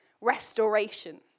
restoration